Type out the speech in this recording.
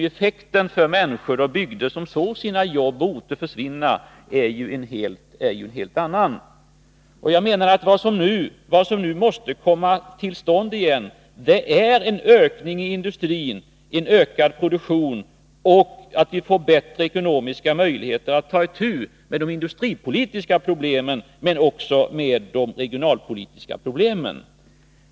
Effekten för de människor och bygder som såg sina jobb och orter försvinna är en helt annan. Vad som nu måste komma till stånd igen är en ökning i industrin, en ökad produktion, så att vi får bättre möjligheter att ta itu med de industripolitiska problemen men också med de regionalpolitiska.